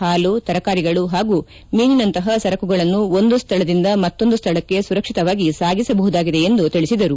ಹಾಲು ತರಕಾರಿಗಳು ಹಾಗೂ ಮೀನಿನಂತಹ ಸರಕುಗಳನ್ನು ಒಂದು ಸ್ಥಳದಿಂದ ಮತ್ತೊಂದು ಸ್ಥಳಕ್ಕ ಸುರಕ್ಷಿತವಾಗಿ ಸಾಗಿಸಬಹುದಾಗಿದೆ ಎಂದು ತಿಳಿಸಿದರು